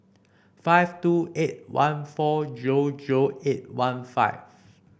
five two eight one four zero zero eight one five